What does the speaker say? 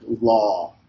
law